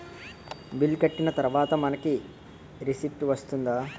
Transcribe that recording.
Bill కట్టిన తర్వాత మనకి రిసీప్ట్ వస్తుందా?